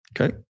Okay